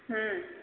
ହୁଁ